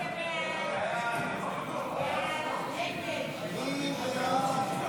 חוק שירות הביטחון (תיקון מס' 26,